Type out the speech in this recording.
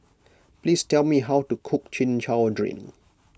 please tell me how to cook Chin Chow Drink